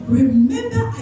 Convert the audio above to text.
remember